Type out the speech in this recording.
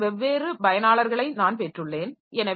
100 வெவ்வேறு பயனாளர்களை நான் பெற்றுள்ளேன்